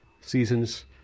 seasons